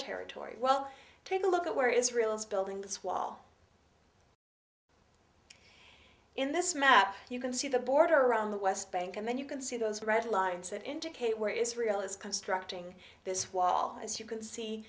territory well take a look at where israel is building this wall in this map you can see the border around the west bank and then you can see those red lines that indicate where israel is constructing this wall as you can see